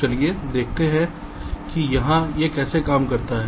तो चलिए देखते हैं कि यहाँ यह कैसे काम करता है